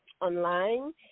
online